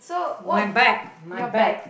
my back my back